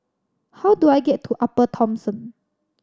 how do I get to Upper Thomson